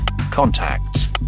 contacts